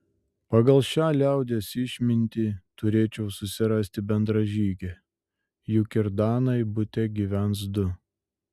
pagal šią liaudies išmintį turėčiau susirasti bendražygę juk ir danai bute gyvens du